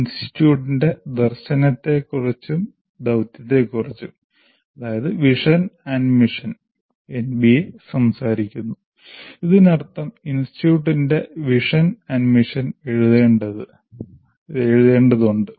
ഇൻസ്റ്റിറ്റ്യൂട്ടിന്റെ ദർശനത്തെക്കുറിച്ചും ദൌത്യത്തെക്കുറിച്ചും എൻബിഎ സംസാരിക്കുന്നു അതിനർത്ഥം ഇൻസ്റ്റിറ്റ്യൂട്ടിന് ഒരു ദർശനവും ദൌത്യവും എഴുതേണ്ടതുണ്ട്